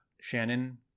Shannon